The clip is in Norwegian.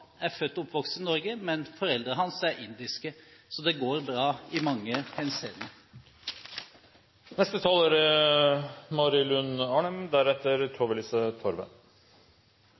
er født og oppvokst i Norge, men foreldrene hans er indiske. Så det går bra i mange henseender. Interpellanten peker i sitt innlegg på hvordan rasistiske holdninger er